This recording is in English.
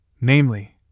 namely